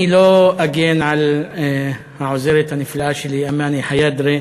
אני לא אגן על העוזרת הנפלאה שלי, אמאני חיאדרי,